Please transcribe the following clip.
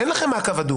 אין לכם מעקב הדוק.